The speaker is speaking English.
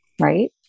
right